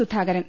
Sudhakaran